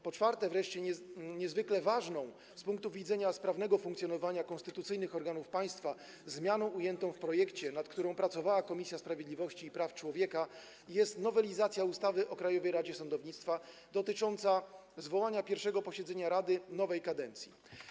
Po czwarte wreszcie, niezwykle ważną z punktu widzenia sprawnego funkcjonowania konstytucyjnych organów państwa zmianą ujętą w projekcie, nad którą pracowała Komisja Sprawiedliwości i Praw Człowieka, jest nowelizacja ustawy o Krajowej Radzie Sądownictwa dotycząca zwołania pierwszego posiedzenia rady nowej kadencji.